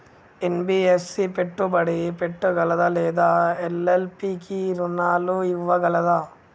NBFC పెట్టుబడి పెట్టగలదా లేదా ఎల్.ఎల్.పి కి రుణాలు ఇవ్వగలదా?